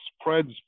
spreads